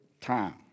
time